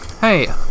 Hey